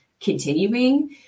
continuing